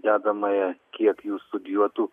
dedamąją kiek jų studijuotų